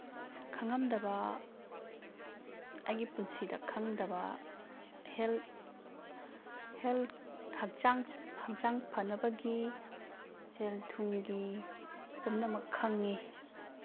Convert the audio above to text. ꯈꯪꯉꯝꯗꯕ ꯑꯩꯒꯤ ꯄꯨꯟꯁꯤꯗ ꯈꯪꯗꯕ ꯍꯦꯜꯠ ꯍꯦꯜꯠ ꯍꯛꯆꯥꯡ ꯐꯅꯕꯒꯤ ꯁꯦꯜ ꯊꯨꯝꯒꯤ ꯄꯨꯝꯅꯃꯛ ꯈꯪꯉꯤ